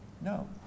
No